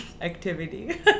activity